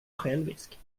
självisk